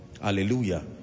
hallelujah